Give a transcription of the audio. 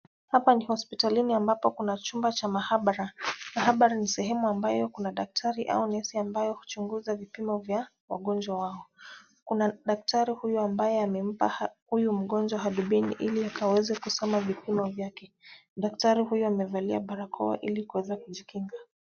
Hapa ni hospitalini ambapo Kuna chumba cha maabara. Maabara ni sehemu ambayo kuna daktari au nesi ambayo huchunguza vipimo vya wagonjwa wao. Kuna daktari huyu ambaye amempa huyu mgonjwa hadubini ili aweze kusoma vipimo vyake. Daktari huyu amevalia barakoa ili kuweza kujikinga.